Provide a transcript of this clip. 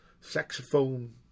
saxophone